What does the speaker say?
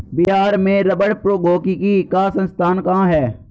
बिहार में रबड़ प्रौद्योगिकी का संस्थान कहाँ है?